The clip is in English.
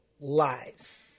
lies